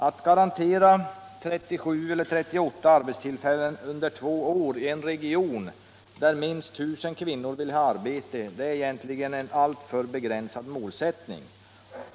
Att garantera 37 eller 38 arbetstillfällen under två år i en region där minst 1 000 kvinnor vill ha arbete är egentligen en alltför begränsad målsättning.